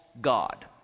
God